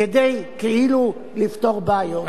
כדי כאילו לפתור בעיות.